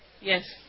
Yes